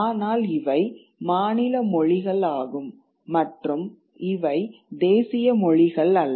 ஆனால் இவை மாநில மொழிகள் ஆகும் மற்றும் இவை தேசிய மொழிகள் அல்ல